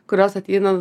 kurios ateina